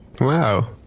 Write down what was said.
Wow